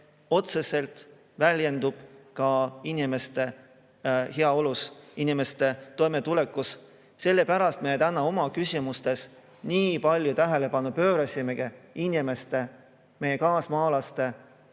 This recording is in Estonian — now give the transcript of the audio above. otseselt ka inimeste heaolus, inimeste toimetulekus. Sellepärast me täna oma küsimustes nii palju tähelepanu pöörasimegi inimeste, meie kaasmaalaste